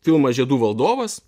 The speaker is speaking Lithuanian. filmą žiedų valdovas